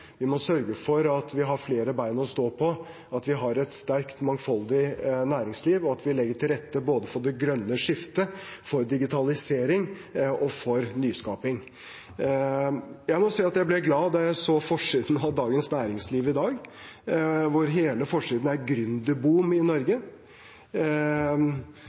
Vi må sørge for at vi har flere bein å stå på, at vi har et sterkt, mangfoldig næringsliv, og at vi legger til rette både for det grønne skiftet, for digitalisering og for nyskaping. Jeg må si at jeg ble glad da jeg så forsiden av Dagens Næringsliv i dag, hvor hele forsiden er «Gründerboom» i Norge.